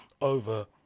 over